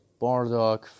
Bardock